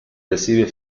recibe